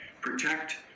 Protect